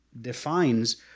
defines